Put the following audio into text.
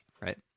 right